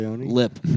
Lip